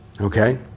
Okay